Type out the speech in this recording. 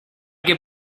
que